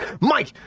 mike